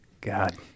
God